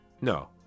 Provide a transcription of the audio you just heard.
No